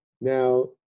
Now